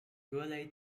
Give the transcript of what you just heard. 格雷